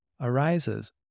arises